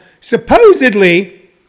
Supposedly